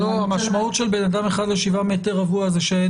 המשמעות של בנאדם אחד לכל 7 מטר רבוע זה שאין